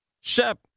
Shep